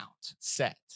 set